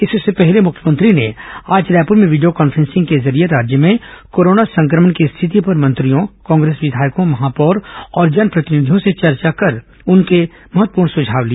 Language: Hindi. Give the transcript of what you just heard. इससे पहले मुख्यमंत्री ने आज रायपुर में वीडियो कॉन्फ्रेंसिंग के जरिये राज्य में कोरोना संक्रमण की रिथति पर मंत्रियों कांग्रेस विधायकों महापौर और जनप्रतिनिधियों से चर्चा कर उनसे महत्वपूर्ण सुझाव लिए